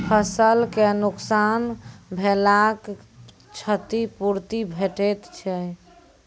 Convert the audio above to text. फसलक नुकसान भेलाक क्षतिपूर्ति भेटैत छै?